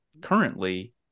currently